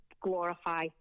glorify